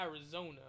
Arizona